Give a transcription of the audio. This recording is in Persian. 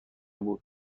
بود